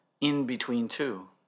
in-between-two